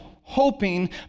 hoping